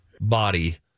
body